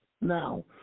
now